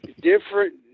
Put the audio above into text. different